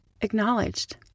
acknowledged